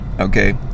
Okay